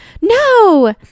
no